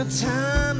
time